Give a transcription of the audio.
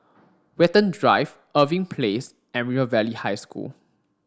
Watten Drive Irving Place and River Valley High School